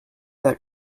that